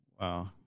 Wow